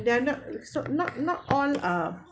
they are not so not not all are